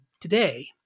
today